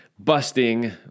busting